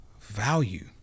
value